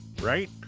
right